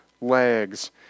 legs